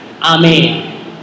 Amen